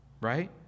Right